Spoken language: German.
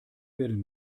werden